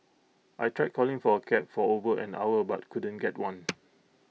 I tried calling for A cab for over an hour but couldn't get one